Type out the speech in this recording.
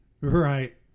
Right